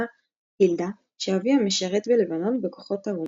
הילדה שאביה משרת בלבנון בכוחות האו"ם.